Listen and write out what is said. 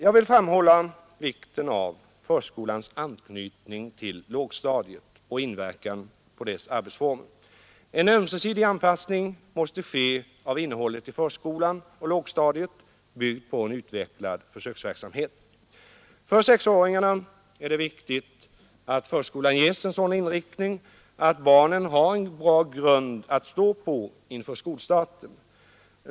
Jag vill framhålla vikten av förskolans anknytning till lågstadiet och förskolans inverkan på dess arbetsformer. En ömsesidig anpassning måste ske av innehållet i förskolan och lågstadiet, byggd på en utvecklad försöksverksamhet. För sexåringarna är det viktigt att förskolan ges en sådan intiktning att barnen har en bra grund att stå på inför skolstarten.